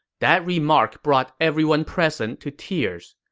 that remark brought everyone present to tears.